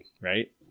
right